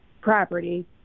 property